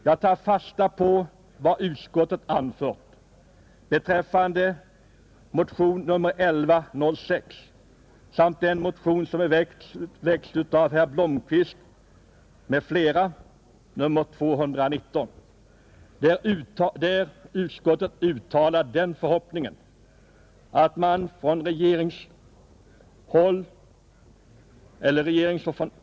Jag tar fasta på vad utskottet anfört beträffande motionen 1106 samt den motion som väckts av herr Blomkvist m.fl., nr 219.